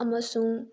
ꯑꯃꯁꯨꯡ